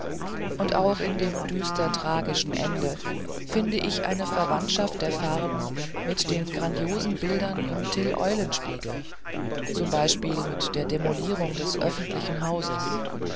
und auch in dem düster tragischen ende finde ich eine verwandtschaft der farben mit den grandiosen bildern im till eulenspiegel z b mit der demolierung des öffentlichen hauses